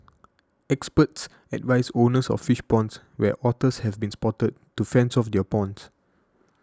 experts advise owners of fish ponds where otters have been spotted to fence off their ponds